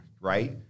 right